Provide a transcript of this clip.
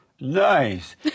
Nice